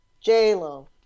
J-Lo